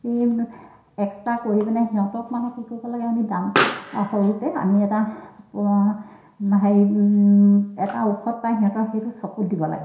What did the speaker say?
extra কৰি পিনে সিহঁতক মানে কি কৰিব লাগে আমি সৰুতে আমি এটা হেৰি এটা এটা ঔষধ পাই সিহঁতৰ সেইটো চকুত দিব লাগে